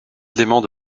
éléments